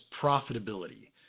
profitability